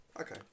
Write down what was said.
okay